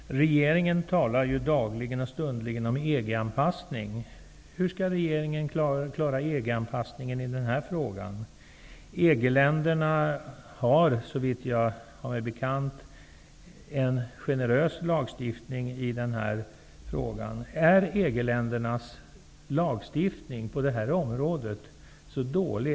Herr talman! Regeringen talar dagligen och stundligen om EG-anpassning. Hur skall regeringen klara EG-anpassningen i den här frågan? EG-länderna har, såvitt jag vet, en generös lagstiftning i den här frågan. Är EG-ländernas lagstiftning på det här området så dålig?